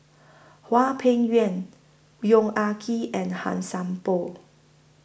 Hwang Peng Yuan Yong Ah Kee and Han Sai Por